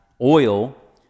oil